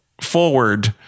forward